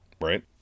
right